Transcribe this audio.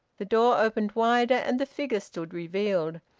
the door opened wider, and the figure stood revealed,